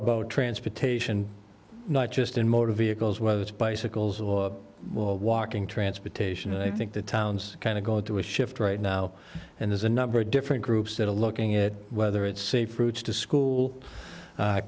about transportation not just in motor vehicles whether it's bicycles or walking transportation and i think the towns kind of go into a shift right now and there's a number of different groups that are looking at whether it's safe routes to school